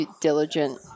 diligent